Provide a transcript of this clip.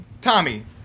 Tommy